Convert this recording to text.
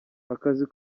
akazi